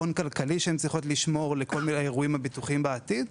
והון כלכלי שהן צריכות לשמור לכל מיני אירועים ביטוחיים בעתיד.